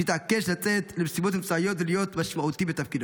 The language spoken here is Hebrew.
שהתעקש לצאת למשימות מבצעיות ולהיות משמעותי בתפקידו.